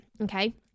Okay